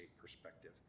perspective